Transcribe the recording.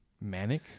Manic